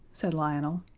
said lionel.